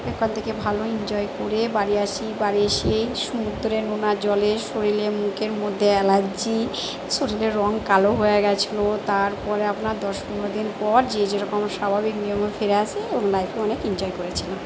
ওখান থেকে ভালো এঞ্জয় করে বাড়ি আসি বাড়ি এসেই সমুদ্রের নোনা জলে শরীরে মুখের মধ্যে অ্যালার্জি শরীরের রঙ কালো হয়ে গিয়েছিল তার পরে আপনার দশ পনেরো দিন পর যে যেরকম স্বাভাবিক নিয়মে ফিরে আসি ও লাইফে অনেক এঞ্জয় করেছিলাম